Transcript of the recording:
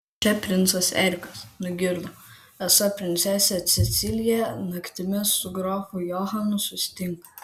čia princas erikas nugirdo esą princesė cecilija naktimis su grafu johanu susitinka